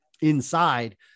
inside